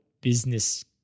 business